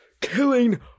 killing